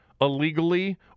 illegally